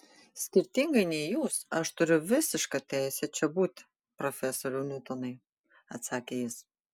skirtingai nei jūs aš turiu visišką teisę čia būti profesoriau niutonai atsakė jis